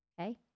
okay